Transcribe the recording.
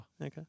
Okay